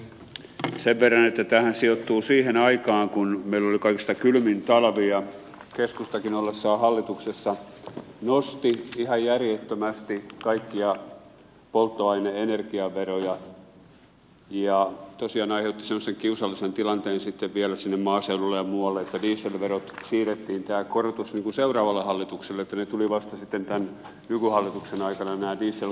sen verran että tämähän sijoittuu siihen aikaan kun meillä oli kaikista kylmin talvi ja keskustakin ollessaan hallituksessa nosti ihan järjettömästi kaikkia polttoaine energiaveroja ja tosiaan aiheutti semmoisen kiusallisen tilanteen sitten vielä sinne maaseudulle ja muualle että dieselverojen korotus siirrettiin niin kuin seuraavalle hallitukselle niin että dieselkorotukset tulivat vasta tämän nykyhallituksen aikana täysipainoisina